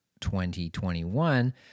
2021